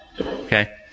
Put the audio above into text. okay